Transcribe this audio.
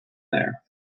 there